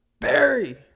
Barry